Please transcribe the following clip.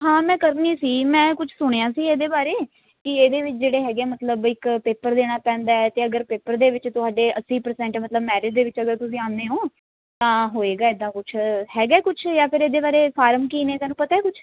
ਹਾਂ ਮੈਂ ਕਰਨੀ ਸੀ ਮੈਂ ਕੁਛ ਸੁਣਿਆ ਸੀ ਇਹਦੇ ਬਾਰੇ ਕਿ ਇਹਦੇ ਵਿੱਚ ਜਿਹੜੇ ਹੈਗੇ ਆ ਮਤਲਬ ਵੀ ਇੱਕ ਪੇਪਰ ਦੇਣਾ ਪੈਂਦਾ ਅਤੇ ਅਗਰ ਪੇਪਰ ਦੇ ਵਿੱਚ ਤੁਹਾਡੇ ਅੱਸੀ ਪਰਸੈਂਟ ਮਤਲਬ ਮੈਰਿਟ ਦੇ ਵਿੱਚ ਅਗਰ ਤੁਸੀਂ ਆਉਂਦੇ ਹੋ ਤਾਂ ਹੋਏਗਾ ਐਦਾਂ ਕੁਛ ਹੈਗਾ ਕੁਛ ਜਾਂ ਫਿਰ ਇਹਦੇ ਬਾਰੇ ਫਾਰਮ ਕੀ ਨੇ ਤੈਨੂੰ ਪਤਾ ਹੈ ਕੁਛ